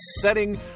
setting